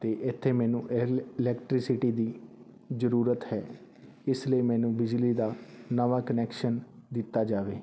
ਅਤੇ ਇੱਥੇ ਮੈਨੂੰ ਇਹਲ ਇਲੈਕਟਰੀਸਿਟੀ ਦੀ ਜ਼ਰੂਰਤ ਹੈ ਇਸ ਲਈ ਮੈਨੂੰ ਬਿਜਲੀ ਦਾ ਨਵਾਂ ਕਨੈਕਸ਼ਨ ਦਿੱਤਾ ਜਾਵੇ